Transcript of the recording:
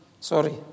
sorry